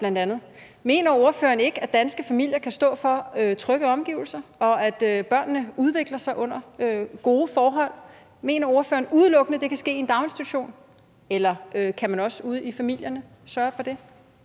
mener ordføreren ikke, at danske familier kan stå for trygge omgivelser, og at børnene udvikler sig under gode forhold? Mener ordføreren, at det udelukkende kan ske i en daginstitution, eller kan man også ude i familierne sørge for det?